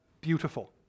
beautiful